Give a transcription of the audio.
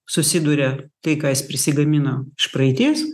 susiduria tai ką jis prisigamino iš praeities